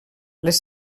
les